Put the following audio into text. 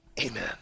Amen